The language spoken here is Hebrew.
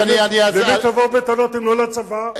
למי תבוא בטענות אם לא לצבא?